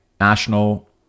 national